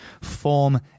form